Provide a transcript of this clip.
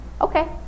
okay